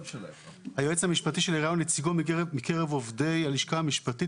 היועץ המשפטי של העירייה או נציגו מקרב עובדי הלשכה המשפטית.